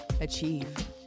Achieve